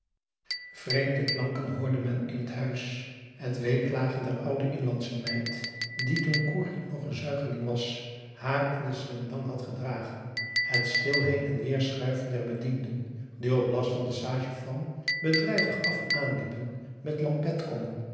vreemde klanken hoorde men in het huis het weeklagen der oude inlandsche meid die toen corrie nog n zuigeling was haar in de slendang had gedragen het stil heen en weer schuiven der bedienden die op last van de sage femme bedrijvig af en aan liepen met lampet kommen